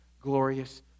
glorious